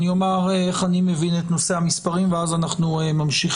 אני אומר איך אני מבין את נושא המספרים ואז אנחנו ממשיכים.